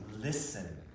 listen